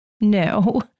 No